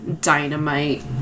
dynamite